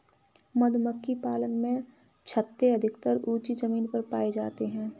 मधुमक्खी पालन में छत्ते अधिकतर ऊँची जमीन पर पाए जाते हैं